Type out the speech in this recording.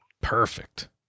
perfect